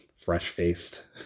fresh-faced